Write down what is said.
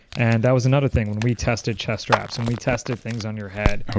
and that was another thing when we tested chest straps and we tested things on your head,